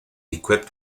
equipped